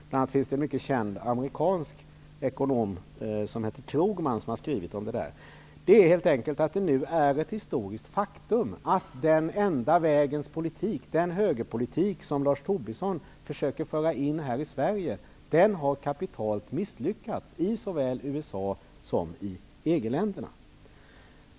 Bl.a. har en mycket känd amerikansk ekonom som heter Krugman skrivit om detta ämne. Det är nu ett historiskt faktum att den enda vägens politik, den högerpolitik som Lars Tobisson försöker föra in här i Sverige, har kapitalt misslyckats i såväl USA som EG-länderna.